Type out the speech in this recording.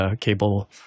cable